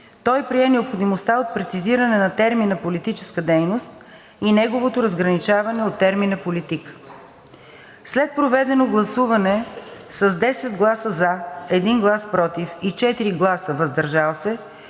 Той прие необходимостта от прецизиране на термина „политическа дейност“ и неговото разграничаване от термина „политики“. След проведено гласуване с 10 гласа „за“, 1 глас „против“ и 4 гласа „въздържал се“